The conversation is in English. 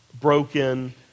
broken